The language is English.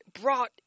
brought